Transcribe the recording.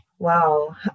wow